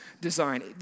design